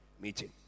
meeting